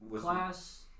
class